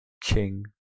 King